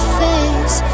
face